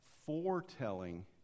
foretelling